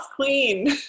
queen